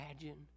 imagine